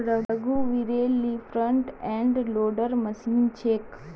रघुवीरेल ली front end loader machine छेक